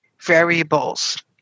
variables